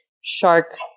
shark